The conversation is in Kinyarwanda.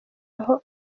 aho